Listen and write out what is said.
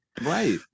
Right